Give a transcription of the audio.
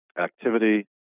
activity